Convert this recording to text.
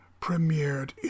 premiered